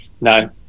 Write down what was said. no